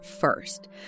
first